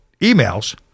emails